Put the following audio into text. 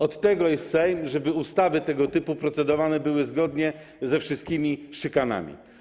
Od tego jest Sejm, żeby ustawy tego typu były procedowane zgodnie ze wszystkimi szykanami.